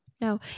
No